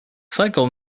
cycle